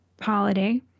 holiday